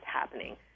happening